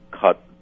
cut